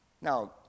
now